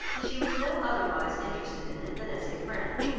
that she was no otherwise interested in it than as a friend,